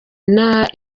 inaha